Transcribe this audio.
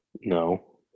no